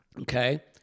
Okay